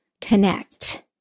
connect